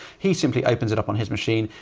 he simply opens it up on his machine.